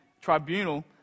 tribunal